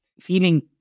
feeling